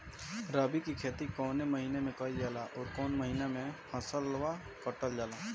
रबी की खेती कौने महिने में कइल जाला अउर कौन् महीना में फसलवा कटल जाला?